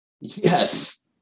Yes